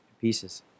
pieces